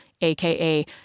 aka